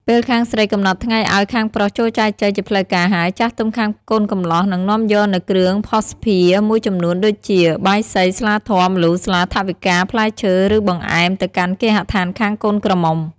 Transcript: ពេលខាងស្រីកំណត់ថ្ងៃឲ្យខាងប្រុសចូលចែចូវជាផ្លូវការហើយ ចាស់ទុំខាងកូនកំលោះនឹងនាំយកនូវគ្រឿងភស្តុភារមួយចំនួន ដូចជា បាយសី ស្លាធម៌ ម្លូ ស្លា ថវិកា ផ្លែឈើ ឬ បង្អែម ទៅកាន់គេហដ្ឋានខាងកូនក្រមុំ។